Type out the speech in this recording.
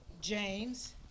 James